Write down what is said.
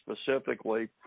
specifically